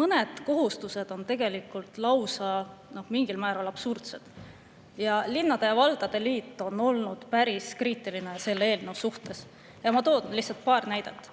Mõned kohustused on tegelikult mõnes mõttes lausa absurdsed ja linnade ja valdade liit on päris kriitiline selle eelnõu suhtes. Ma toon lihtsalt paar näidet.